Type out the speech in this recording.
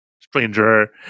stranger